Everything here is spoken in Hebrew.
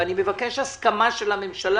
ואני מבקש הסכמה של הממשלה,